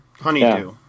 Honeydew